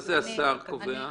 מה זה "השר קובע"?